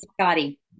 Scotty